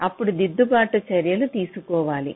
అప్పుడు దిద్దుబాటు చర్యలు తీసుకోవాలి